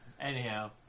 Anyhow